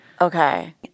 Okay